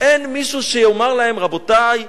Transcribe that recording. אין מישהו שיאמר להם: רבותי,